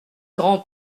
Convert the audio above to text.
grand